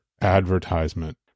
advertisement